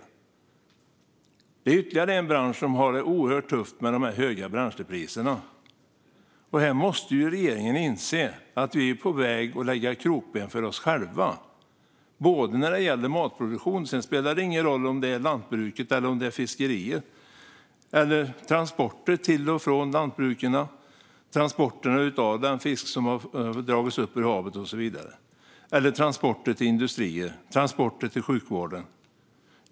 Detta är ytterligare en bransch som har det oerhört svårt med dessa höga bränslepriser. Här måste regeringen inse att vi är på väg att lägga krokben för oss själva när det gäller matproduktion. Sedan spelar det ingen roll om det är lantbruk eller fiskeri, transporterna till och från lantbruken, transporterna av den fisk som har dragits upp ur havet, transporterna till industrier eller transporterna till sjukvården.